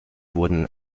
wurden